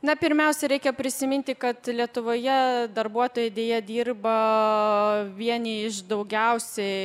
na pirmiausia reikia prisiminti kad lietuvoje darbuotojai deja dirba vieni iš daugiausiai